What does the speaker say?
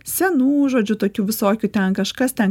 senų žodžiu tokių visokių ten kažkas ten